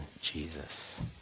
Jesus